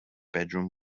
bedroom